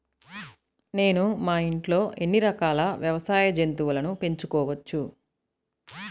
నేను మా ఇంట్లో ఎన్ని రకాల వ్యవసాయ జంతువులను పెంచుకోవచ్చు?